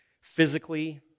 Physically